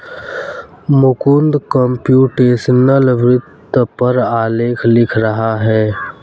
Mukund computational वित्त पर आलेख लिख रहा है